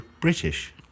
British